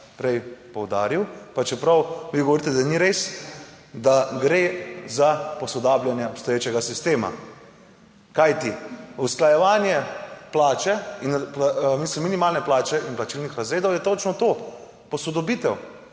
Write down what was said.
prej poudaril, pa čeprav vi govorite, da ni res, da gre za posodabljanje obstoječega sistema, kajti usklajevanje plače, mislim, minimalne plače in plačilnih razredov, je točno to, posodobitev.